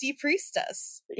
priestess